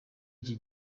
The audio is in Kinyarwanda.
iki